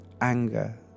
anger